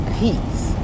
peace